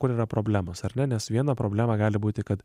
kur yra problemos ar ne nes vieną problemą gali būti kad